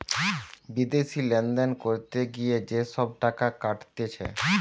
বিদেশি লেনদেন করতে গিয়ে যে সব টাকা কাটতিছে